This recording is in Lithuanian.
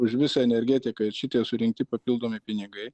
už visą energetiką ir šitie surinkti papildomi pinigai